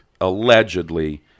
allegedly